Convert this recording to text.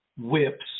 whips